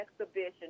exhibition